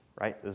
right